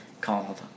called